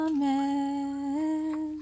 Amen